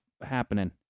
happening